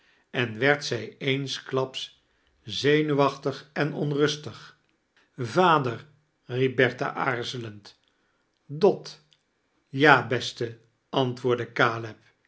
en werd zij eensklaps zenuwachtig en onrustag vader riep bertha aarzelend dot ja beste antwoordde